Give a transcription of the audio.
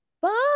Bye